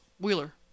Wheeler